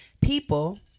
people